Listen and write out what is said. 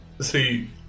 see